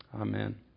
Amen